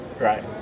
Right